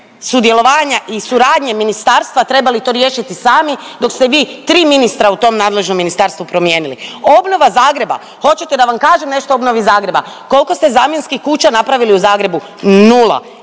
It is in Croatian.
sudjelovanja i suradnje ministarstva trebali to riješiti sami dok ste vi tri ministra u tom nadležnom ministarstvu promijenili. Obnova Zagreba, hoćete da vam kažem nešto o obnovi Zagreba. kolko ste zamjenskih kuća napravili u Zagrebu, nula.